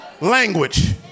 language